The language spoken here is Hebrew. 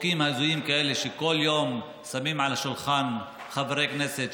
חוקים הזויים כאלה שכל יום שמים על השולחן חברי כנסת,